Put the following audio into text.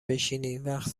بشینین، وقت